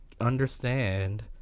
understand